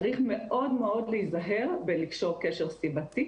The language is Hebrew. צריך מאוד מאוד להיזהר בלקשור קשר סיבתי